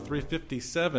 357